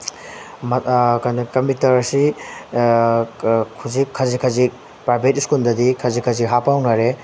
ꯀꯩꯅꯣ ꯀꯝꯄ꯭ꯌꯨꯇꯔ ꯑꯁꯤ ꯍꯧꯖꯤꯛ ꯈꯖꯤꯛ ꯈꯖꯤꯛ ꯄ꯭ꯔꯥꯏꯕꯦꯠ ꯁ꯭ꯀꯨꯜꯗꯗꯤ ꯈꯖꯤꯛ ꯈꯖꯤꯛ ꯍꯥꯞꯄ ꯍꯧꯅꯔꯦ